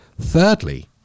thirdly